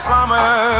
Summer